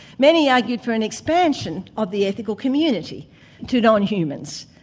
many argued for an expansion of the ethical community to non-humans,